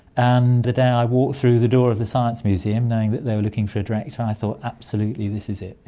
and the day i walked through the door of the science museum knowing they were looking for a director i thought absolutely this is it,